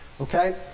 Okay